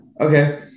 Okay